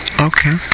Okay